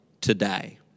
Today